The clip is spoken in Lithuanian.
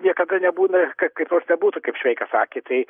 niekada nebūna kad kaip nors nebūtų kaip šveikas sakė tai